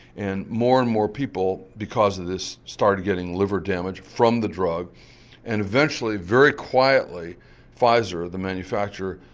and more and more people because of this started getting liver damage from the drug and eventually, very quietly pfizer, the manufacturer,